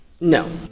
No